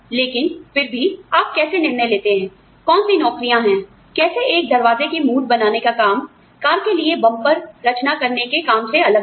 लेकिन फिर भी आप जानते हैं आप कैसे निर्णय लेते हैं कौन सी नौकरियां हैं उदाहरण के लिए कैसे एक दरवाज़े का मूठ रचना का काम कार के लिए बंपर रचना करने के काम से अलग है